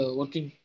working